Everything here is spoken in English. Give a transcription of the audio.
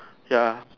ya